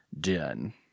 Done